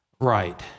Right